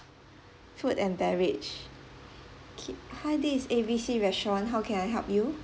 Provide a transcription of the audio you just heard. food and beverage okay hi this is A B C restaurant how can I help you